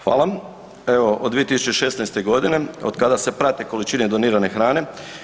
Hvala, evo od 2016. godine od kada se prate količine donirane hrane.